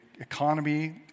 economy